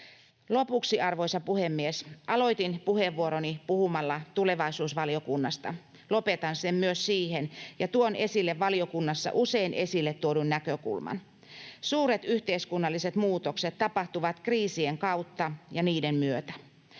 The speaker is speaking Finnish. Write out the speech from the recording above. Lopuksi: Arvoisa puhemies! Aloitin puheenvuoroni puhumalla tulevaisuusvaliokunnasta. Lopetan sen myös siihen, ja tuon esille valiokunnassa usein esille tuodun näkökulman. Suuret yhteiskunnalliset muutokset tapahtuvat kriisien kautta ja niiden myötä.